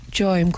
joy